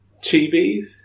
Chibis